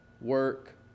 work